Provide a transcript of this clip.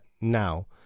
now